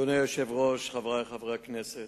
אדוני היושב-ראש, חברי חברי הכנסת,